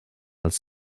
als